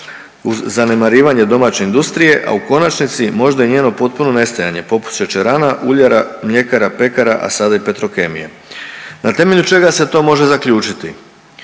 uz zanemarivanje domaće industrije, a u konačnici možda i njeno potpuno nestajanje, popucat će rana, uljara, mljekara, pekara, a sada i Petrokemija. Na temelju čega se to može zaključiti?